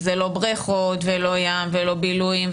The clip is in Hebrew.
זה לא בריכות ולא היה ולא בילויים,